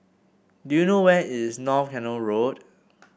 do you know where is North Canal Road